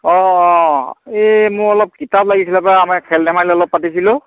অঁ অঁ এই মোৰ অলপ কিতাপ লাগিছিলে বা আমাৰ খেল ধেমালি অলপ পাতিছিলো